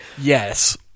Yes